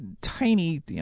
tiny